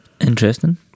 Interesting